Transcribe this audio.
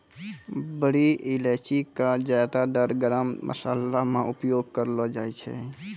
बड़ी इलायची कॅ ज्यादातर गरम मशाला मॅ उपयोग करलो जाय छै